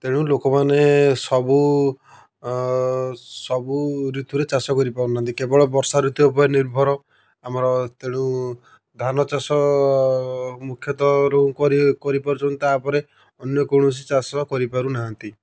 ତେଣୁ ଲୋକମାନେ ସବୁ ସବୁ ଋତୁରେ ଚାଷ କରି ପାରୁନାହାଁନ୍ତି କେବଳ ବର୍ଷା ଋତୁ ଉପରେ ନିର୍ଭର ଆମର ତେଣୁ ଧାନ ଚାଷ ମୁଖ୍ୟତଃରୁ କରି ପାରୁଛନ୍ତି ତାପରେ ଅନ୍ୟ କୌଣସି ଚାଷ କରି ପାରୁନାହାଁନ୍ତି